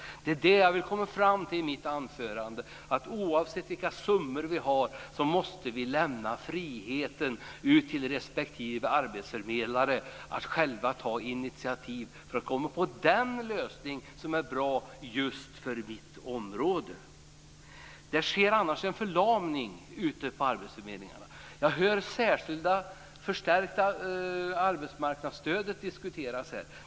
Det är det jag vill komma fram till i mitt anförande, att oavsett vilka summor vi har måste vi lämna friheten till respektive arbetsförmedlare att själv ta initiativ för att komma på den lösning som är bra för just det området. Det sker annars en förlamning ute på arbetsförmedlingarna. Jag hör det särskilda stärkta arbetsmarknadsstödet diskuteras här.